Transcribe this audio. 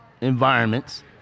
environments